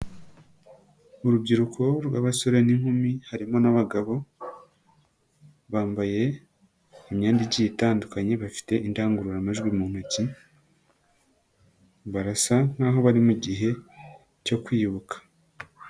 Urubyiruko rw'abasore n'inkumi, harimo n'abagabo, bambaye imyenda igiye itandukanye, bafite indangururamajwi mu ntoki, barasa nkaho bari mu gihe cyo kwibuka.